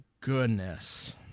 goodness